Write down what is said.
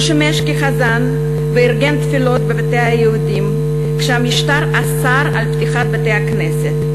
הוא שימש כחזן וארגן תפילות בבתי היהודים כשהמשטר אסר לפתוח בתי-הכנסת,